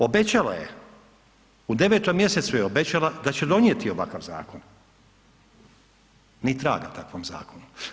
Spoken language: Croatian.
Obećala je, u 9. mjesecu je obećala da će donijeti ovakav zakon, ni traga takvom zakonu.